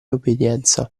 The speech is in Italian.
obbedienza